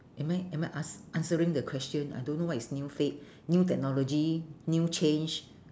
am I am I ask answering the question I don't know what is new fad new technology new change